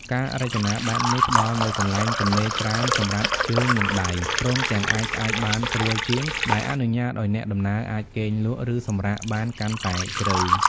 ការរចនាបែបនេះផ្ដល់នូវកន្លែងទំនេរច្រើនសម្រាប់ជើង និងដៃ ព្រមទាំងអាចផ្អែកបានស្រួលជាង ដែលអនុញ្ញាតឱ្យអ្នកដំណើរអាចគេងលក់ ឬសម្រាកបានកាន់តែជ្រៅ។